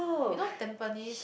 you know Tampines